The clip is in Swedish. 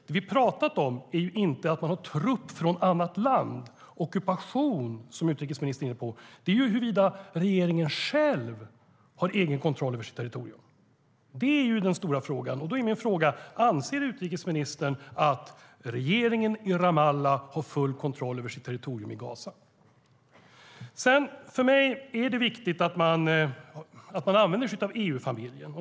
Det vi har talat om är inte att man har trupp från annat land - ockupation som utrikesministern är inne på - utan det är huruvida regeringen själv har kontroll över sitt lands territorium. Det är den stora frågan. Då är min fråga: Anser utrikesministern att regeringen i Ramallah har full kontroll över sitt territorium i Gaza? För mig är det viktigt att vi använder oss av EU-familjen.